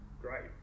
great